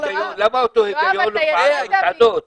למה אותו היגיון לא פעל על מסעדות?